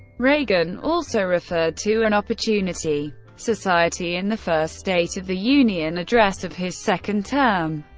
reagan also referred to an opportunity society in the first state of the union address of his second term.